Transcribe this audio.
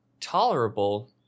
tolerable